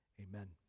amen